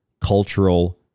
cultural